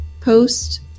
post